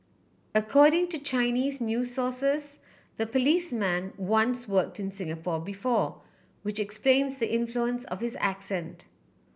according to Chinese new sources the policeman once worked in Singapore before which explains the influence of his accent